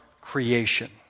creation